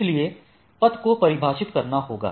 इसलिए पथ को परिभाषित करना होगा